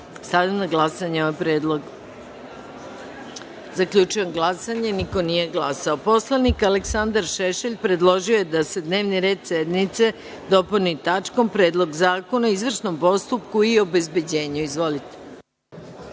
na glasanje ovaj predlog. Zaključujem glasanje: niko nije glasao. Narodni poslanik Aleksandar Šešelj predložio je da se dnevni red sednice dopuni tačkom – Predlog zakona o izvršnom postupku i obezbeđenju. Izvolite.